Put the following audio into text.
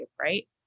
right